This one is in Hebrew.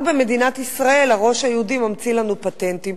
רק במדינת ישראל הראש היהודי ממציא לנו פטנטים.